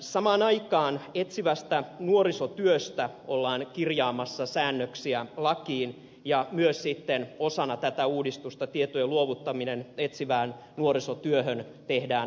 samaan aikaan etsivästä nuorisotyöstä ollaan kirjaamassa säännöksiä lakiin ja myös sitten osana tätä uudistusta tietojen luovuttaminen etsivään nuorisotyöhön tehdään mahdolliseksi